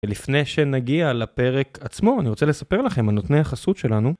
ולפני שנגיע לפרק עצמו אני רוצה לספר לכם על נותני החסות שלנו.